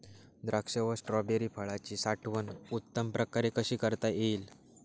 द्राक्ष व स्ट्रॉबेरी फळाची साठवण उत्तम प्रकारे कशी करता येईल?